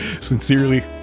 sincerely